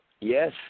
yes